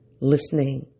Listening